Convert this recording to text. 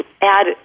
add